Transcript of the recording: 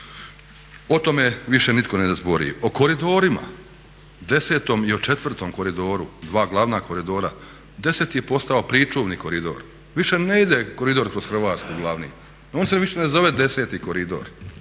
O tome više nitko ne zbori. O koridorima desetom i o četvrtom koridoru, dva glavna koridora, deseti je postao pričuvni koridor. Više ne ide koridor kroz Hrvatsku glavni, on se više ne zove deseti koridor,